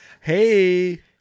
Hey